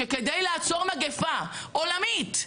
שכדי לעצור מגפה עולמית,